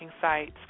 sites